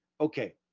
okay